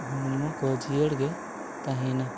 ᱦᱚᱲᱢᱚᱠᱚ ᱡᱤᱭᱟᱹᱲᱜᱮ ᱛᱟᱦᱮᱱᱟ